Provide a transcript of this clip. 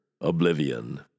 Oblivion